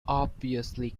obviously